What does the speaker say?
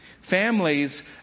Families